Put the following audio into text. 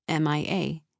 MIA